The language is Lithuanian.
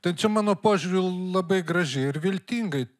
tai čia mano požiūriu labai graži ir viltingai